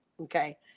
Okay